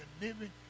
living